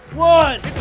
one.